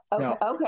Okay